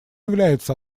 является